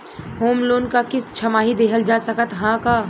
Home loan क किस्त छमाही देहल जा सकत ह का?